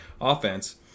offense